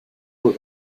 wohl